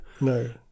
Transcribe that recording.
No